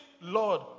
Lord